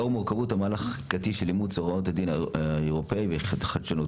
לאור מורכבות המהלך החקיקתי של אימוץ הוראות הדין האירופי וחדשנותו,